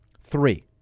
three